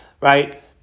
right